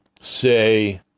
say